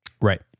Right